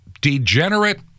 degenerate